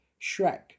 Shrek